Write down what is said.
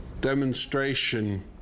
demonstration